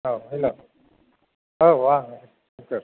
अ hello औ आं